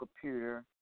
computer